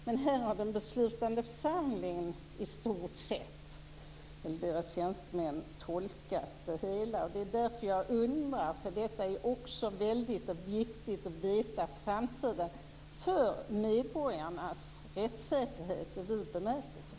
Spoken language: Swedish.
Men här är det i stort sett en beslutande församling - eller dennas tjänstemän - som har tolkat det hela. Det är därför jag undrar. Det är också väldigt viktigt att veta. Det handlar om framtiden för medborgarnas rättssäkerhet i vid bemärkelse.